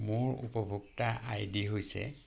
মোৰ উপভোক্তা I D হৈছে